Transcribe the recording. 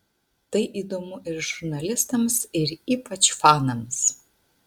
tai įdomu ir žurnalistams ir ypač fanams